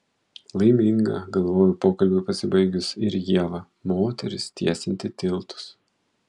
laiminga galvojau pokalbiui pasibaigus ir ieva moteris tiesianti tiltus